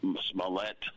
Smollett